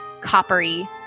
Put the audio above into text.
coppery